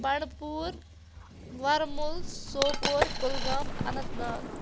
Bandipora Warmul Sopore Kulgam Anant Nag